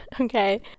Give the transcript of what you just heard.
okay